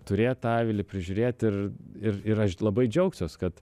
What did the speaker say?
turėt tą avilį prižiūrėt ir ir ir aš labai džiaugsiuos kad